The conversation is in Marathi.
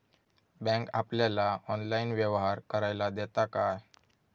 बँक आपल्याला ऑनलाइन व्यवहार करायला देता काय?